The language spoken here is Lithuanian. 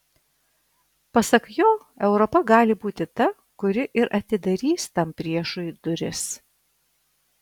pasak jo europa gali būti ta kuri ir atidarys tam priešui duris